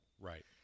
Right